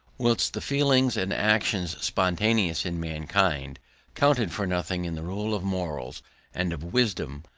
whilst the feelings and actions spontaneous in mankind counted for nothing in the rule of morals and of wisdom,